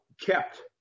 kept